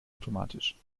automatisch